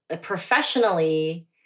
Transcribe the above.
professionally